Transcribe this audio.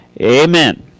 Amen